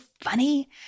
funny